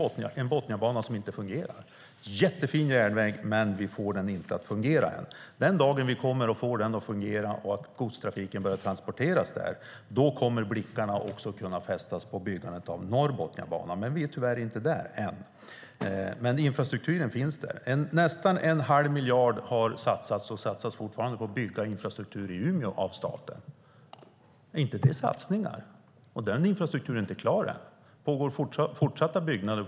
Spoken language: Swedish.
Det är en jättefin järnväg, men den fungerar inte. Den dag som den fungerar och godstrafiken börjar transporteras där kommer blickarna att fästas också på byggandet av Norrbotniabanan. Vi är tyvärr inte där än, men infrastrukturen finns. Nästan en halv miljard har satsats och satsas fortfarande av staten på att bygga ut infrastrukturen i Umeå. Är inte det satsningar? Och den utbyggnaden av infrastrukturen pågår fortfarande.